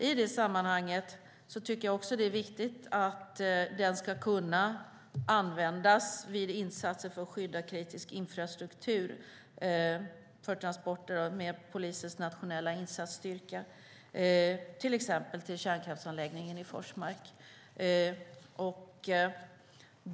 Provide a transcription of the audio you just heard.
I det sammanhanget tycker jag också att det är viktigt att flygplatsen ska kunna användas vid insatser för att skydda kritisk infrastruktur vid transporter med polisens nationella insatsstyrka, till exempel till kärnkraftsanläggningen i Forsmark.